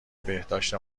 بهداشت